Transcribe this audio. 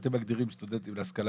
כשאתם מגדירים סטודנטים להשכלה